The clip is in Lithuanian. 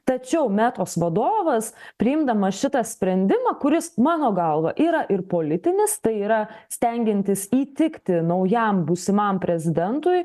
tačiau metos vadovas priimdamas šitą sprendimą kuris mano galva yra ir politinis tai yra stengiantis įtikti naujam būsimam prezidentui